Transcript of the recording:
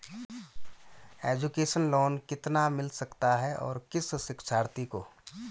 Education loan कितना मिल सकता है और किस शिक्षार्थी को?